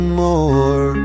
more